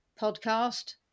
podcast